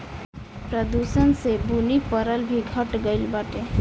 प्रदूषण से बुनी परल भी घट गइल बाटे